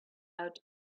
out